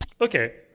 Okay